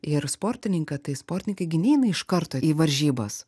ir sportininką tai sportininkai gi neina iš karto į varžybas